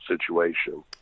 situation